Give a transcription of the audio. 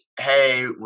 hey